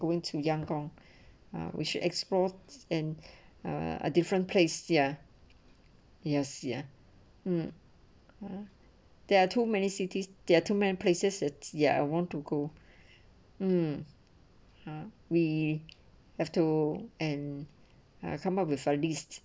going to yum goong uh we which explore and a different place yes ya mm I'm there are too many cities there are too many places it's ya I want to go um ah we have two and come up with a list